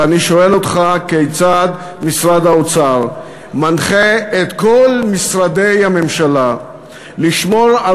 ואני שואל אותך: כיצד משרד האוצר מנחה את כל משרדי הממשלה לשמור על